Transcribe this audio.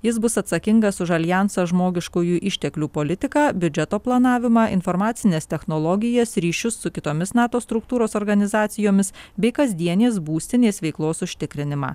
jis bus atsakingas už aljansą žmogiškųjų išteklių politiką biudžeto planavimą informacines technologijas ryšius su kitomis nato struktūros organizacijomis bei kasdienės būstinės veiklos užtikrinimą